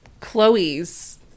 chloe's